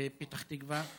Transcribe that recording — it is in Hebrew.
בפתח תקווה.